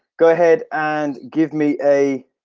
go ahead and give me a